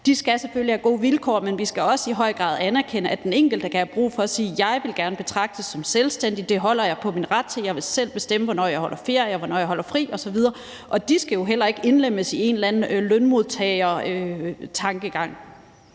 De skal selvfølgelig have gode vilkår, men vi skal også i høj grad anerkende, at den enkelte kan have brug for at sige: Jeg vil gerne betragtes som selvstændig; det holder jeg på min ret til; jeg vil selv bestemme, hvornår jeg holder ferie, og hvornår jeg holder fri, osv.De skal jo heller ikke indlemmes i en eller anden lønmodtagertankegang.